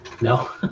No